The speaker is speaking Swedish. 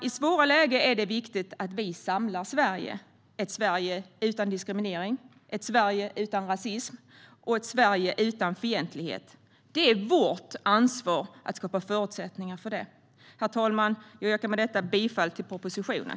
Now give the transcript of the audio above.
I svåra lägen är det viktigt att vi samlar Sverige, ett Sverige utan diskriminering, rasism och fientlighet. Det är vårt ansvar att skapa förutsättningar för det. Jag yrkar med detta bifall till propositionen.